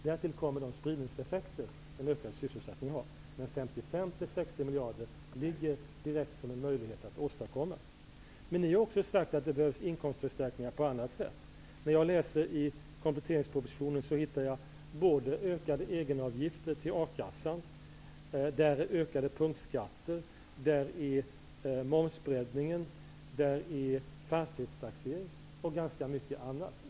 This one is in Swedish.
Därtill kommer de spridningseffekter som en ökad sysselsättning har, men 55--60 miljarder ligger direkt som en möjlighet att åstadkomma. Men ni har också sagt att det behövs inkomstförstärkningar på annat sätt. När jag läser i kompletteringspropositionen, hittar jag ökade egenavgifter till a-kassan, ökade punktskatter, momsbreddning, fastighetstaxering och ganska mycket annat.